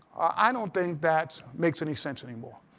i don't think that makes any sense anymore.